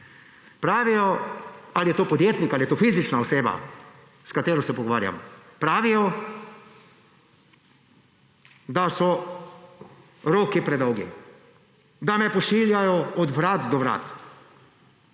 opozorijo – pa je to podjetnik ali je to fizična oseba, s katero se pogovarjam – da so roki predolgi, da jih pošiljajo od vrat do vrat,